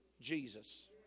Jesus